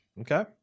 okay